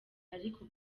ariko